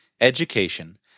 education